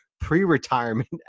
pre-retirement